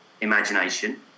imagination